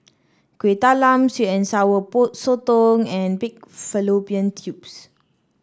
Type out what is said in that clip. Kuih Talam sweet and Sour Sotong and Pig Fallopian Tubes